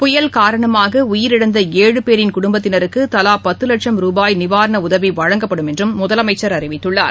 புயல் காரணமாகஉயிரிழந்த ஏழு பேரின் குடும்பத்தினருக்குதலாபத்துலட்சும் ருபாய் நிவாரணஉதவிவழங்கப்படும் என்றும் முதலமைச்சர் அறிவித்துள்ளார்